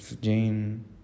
Jane